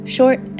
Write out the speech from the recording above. Short